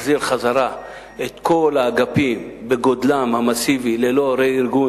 להחזיר את כל האגפים בגודלם המסיבי ללא רה-ארגון